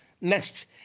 next